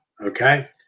okay